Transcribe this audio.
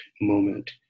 moment